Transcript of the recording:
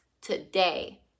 today